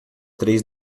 três